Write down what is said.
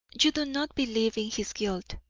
you do not believe in his guilt,